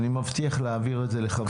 אני מבטיח להעביר את זה לחברי הכנסת.